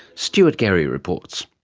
stuart gary reports.